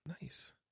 nice